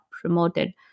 promoted